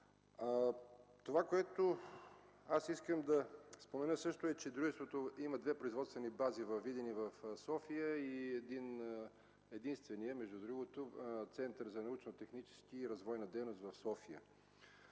Това, което аз искам да спомена, е, че дружеството има две производствени бази във Видин и София и единственият Център за научно-техническа и развойна дейност в София.